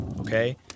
okay